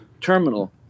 terminal